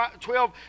twelve